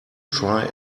try